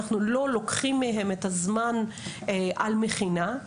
אנחנו לא לוקחים מהם את הזמן על מכינה,